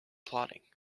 plotting